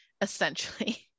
essentially